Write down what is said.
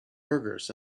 burgers